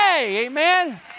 Amen